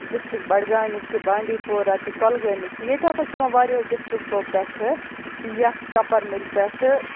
district بَڈگامِکۍ تہِ Bandipora تہِ کۄلگٲمۍ چھِ ییٚتہِ ہَسا چھِ یِوان واریاہو ڈِسٹرکو پٮ۪ٹھٕ یَتھ کَپَر مِلہِ پٮ۪ٹھٕ